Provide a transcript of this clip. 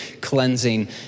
cleansing